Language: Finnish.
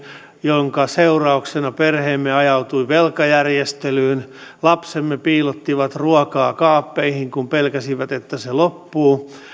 minkä seurauksena perheemme ajautui velkajärjestelyyn lapsemme piilottivat ruokaa kaappeihin kun pelkäsivät että se loppuu